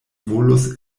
volus